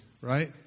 right